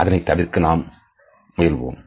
இதனைத் தவிர்க்க நாம் முயல்வோம்